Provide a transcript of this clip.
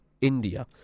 India